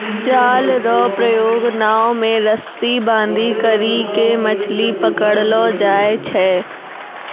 जाल रो प्रयोग नाव मे रस्सी बांधी करी के मछली पकड़लो जाय छै